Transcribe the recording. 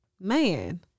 Man